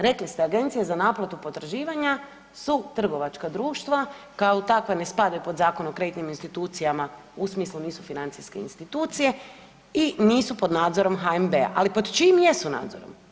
Rekli ste agencije za naplatu potraživanja su trgovačka društva, kao takva ne spadaju pod Zakon o kreditnim institucijama u smislu nisu financijske institucije i nisu pod nadzorom HNB-a, ali pod čijim jesu nadzorom?